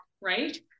right